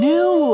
New